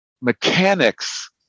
mechanics